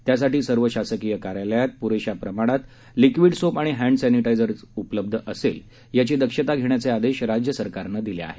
त्यासाठी सर्व शासकीय कार्यालयात प्रेशा प्रमाणात लिक्विड सोप आणि हँड सॅनिटायझर उपलब्ध असेल याची दक्षता घेण्याचे आदेश राज्य सरकारने दिले आहेत